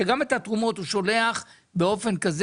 שגם את התרומות הוא שולח באופן כזה,